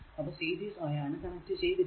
അവ സീരീസ് ആയാണ് കണക്ട് ചെയ്തിരിക്കുന്നത്